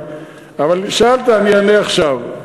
אבל שאלת, אני אענה עכשיו: